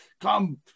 come